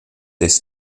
this